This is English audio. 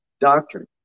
doctrine